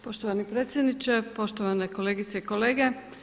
Poštovani predsjedniče, poštovane kolegice i kolege.